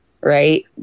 right